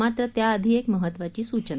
मात्र त्याआधी एक महत्वाची सूचना